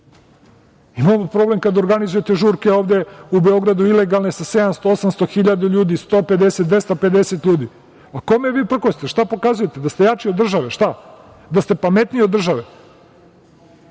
Imamo problem kada organizujete žurke ovde u Beogradu ilegalne sa 700, 800, 1000 ljudi, 150, 250 ljudi. Kome vi prkosite? Šta pokazujete? Da ste jači od države, šta? Da ste pametniji od države?